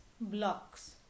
blocks